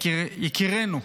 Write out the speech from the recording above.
יקירינו,